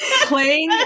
playing